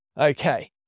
Okay